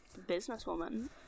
businesswoman